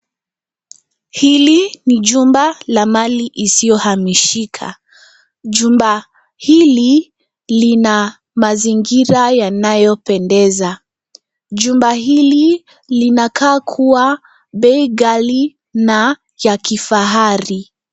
Hili ni jumba la mali isiyohamishika. Jumba hili, lina mazingira yanayopendeza. Jumba hili linakaa kuwa bei ghali na ya kifahari.